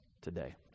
today